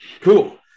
cool